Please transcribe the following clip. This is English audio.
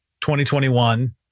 2021